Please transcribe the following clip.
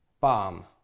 bomb